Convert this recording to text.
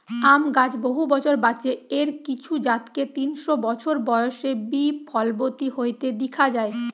আম গাছ বহু বছর বাঁচে, এর কিছু জাতকে তিনশ বছর বয়সে বি ফলবতী হইতে দিখা যায়